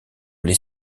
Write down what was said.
les